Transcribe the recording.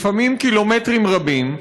לפעמים קילומטרים רבים,